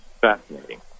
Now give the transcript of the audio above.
fascinating